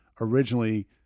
originally